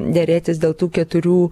derėtis dėl tų keturių